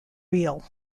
real